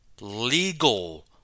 legal